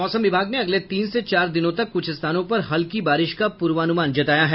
मौसम विभाग ने अगले तीन से चार दिनों तक कुछ स्थानों पर हल्की बारिश का पूर्वानुमान जताया है